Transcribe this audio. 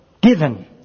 given